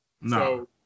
No